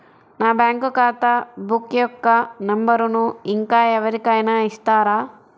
నా బ్యాంక్ ఖాతా బుక్ యొక్క నంబరును ఇంకా ఎవరి కైనా ఇస్తారా?